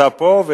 אני פה.